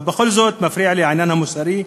אבל בכל זאת מפריע לי העניין המוסרי,